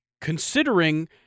considering